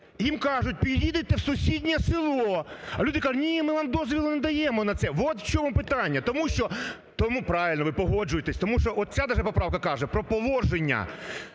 Їм кажуть, підійдете в сусіднє село. А люди кажуть: ні, вам дозволу не даємо на це. От в чому питання. Тому що… правильно, ви погоджуєтесь, тому що оця даже поправка каже про положення,